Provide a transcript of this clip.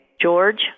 George